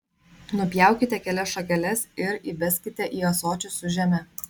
nupjaukite kelias šakeles ir įbeskite į ąsočius su žeme